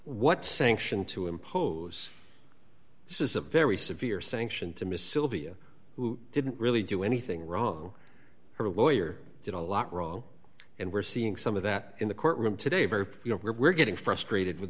what sanction to impose this is a very severe sanction to miss sylvia who didn't really do anything wrong her lawyer did a lot wrong and we're seeing some of that in the courtroom today very you know we're getting frustrated with